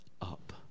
up